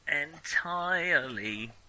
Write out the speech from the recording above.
entirely